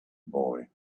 boy